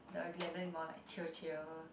the Glenden is more like chill chill